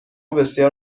بسیار